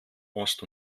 ost